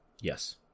Yes